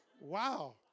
wow